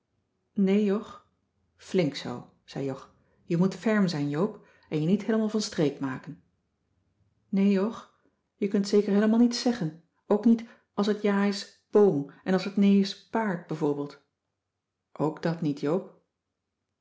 nee jog flink zoo zei jog je moet ferm zijn joop en je niet heelemaal van streek maken nee jog je kunt zeker heelemaal niets zeggen ook niet als het ja is boom en als het nee is paard bijvoorbeeld ook dat niet